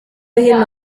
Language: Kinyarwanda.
hino